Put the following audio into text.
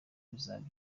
bizaba